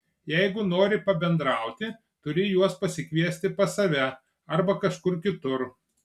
jeigu nori pabendrauti turi juos pasikviesti pas save arba kažkur kitur